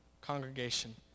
congregation